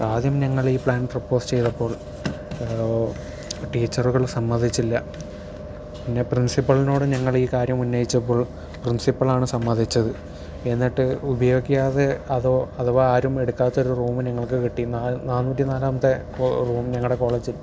ആദ്യം ഞങ്ങൾ ഈ പ്ലാൻ പ്രൊപ്പോസ് ചെയ്തപ്പോൾ ടീച്ചറുകൾ സമ്മതിച്ചില്ല പിന്നെ പ്രിൻസിപ്പാലിനോട് ഈ കാര്യം ഉന്നയിച്ചപ്പോൾ പ്രിൻസിപ്പാളാണ് സമ്മതിച്ചത് എന്നിട്ട് ഉപയോഗിക്കാതെ അതോ അഥവാ ആരും എടുക്കാത്ത ഒരു റൂം ഞങ്ങൾക്ക് കിട്ടി നാന്നൂറ്റി നാലാമത്തെ റൂം ഞങ്ങളുടെ കോളേജിൽ